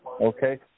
Okay